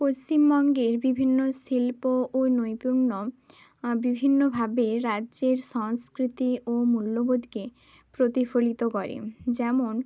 পশশিমবঙ্গের বিভিন্ন শিল্প ও নৈপুণ্য বিভিন্নভাবে রাজ্যের সংস্কৃতি ও মূল্যবোধকে প্রতিফলিত করে যেমন